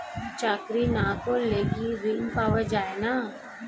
চাকরি না করলে কি ঋণ পাওয়া যায় না?